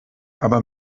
aber